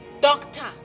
Doctor